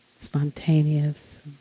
Spontaneous